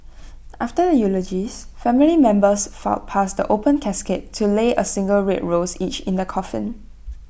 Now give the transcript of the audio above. after the eulogies family members filed past the open casket to lay A single red rose each in the coffin